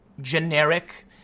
generic